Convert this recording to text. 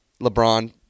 LeBron